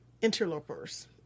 interlopers